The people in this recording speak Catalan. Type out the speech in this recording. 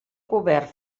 cobert